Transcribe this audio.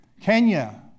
Kenya